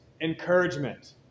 encouragement